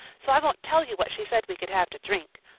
so i won't tell you what she said we could have to drink.